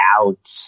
out